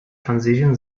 transition